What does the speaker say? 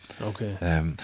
Okay